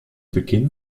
beginn